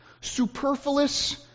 superfluous